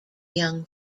young